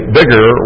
bigger